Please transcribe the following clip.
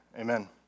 Amen